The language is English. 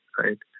right